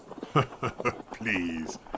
Please